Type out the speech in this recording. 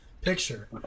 Picture